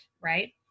right